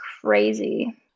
crazy